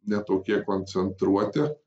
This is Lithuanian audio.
ne tokie koncentruoti